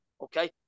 okay